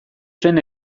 zen